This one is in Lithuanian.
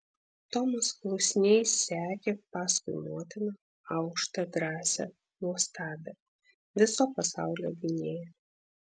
tomas klusniai sekė paskui motiną aukštą drąsią nuostabią viso pasaulio gynėją